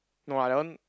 no lah that one